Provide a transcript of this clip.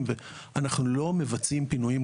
שבזמנו